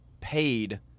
paid